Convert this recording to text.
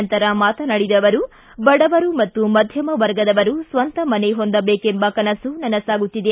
ನಂತರ ಮಾತನಾಡಿದ ಅವರು ಬಡವರು ಮತ್ತು ಮಧ್ಯಮ ವರ್ಗದವರು ಸ್ವಂತ ಮನೆ ಹೊಂದಬೇಕೆಂಬ ಕನಸು ನನಸಾಗುತ್ತಿದೆ